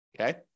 okay